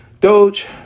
Doge